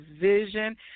vision